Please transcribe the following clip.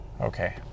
Okay